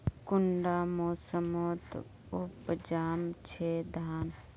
कुंडा मोसमोत उपजाम छै धान?